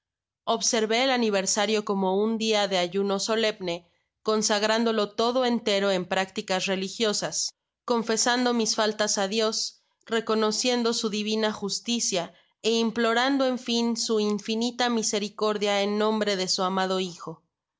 observe el aniversario como un dia de ayuno solemne consagrándolo todo entero en prácticas religiosas proslernándome con humildad profunda confesando mis faltas á dios reconociendo su divina justicia ó implorando en fin su infinita misericordia en nombre de su amado hijo